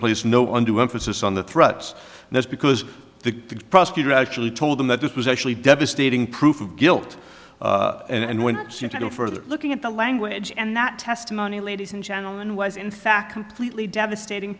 placed no undue emphasis on the threats and that's because the prosecutor actually told them that this was actually devastating proof of guilt and when you go further looking at the language and that testimony ladies and gentlemen was in fact completely devastating